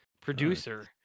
producer